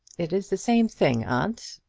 it is the same thing, aunt.